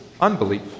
Unbelief